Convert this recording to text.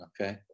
okay